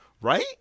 Right